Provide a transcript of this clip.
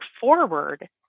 forward